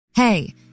Hey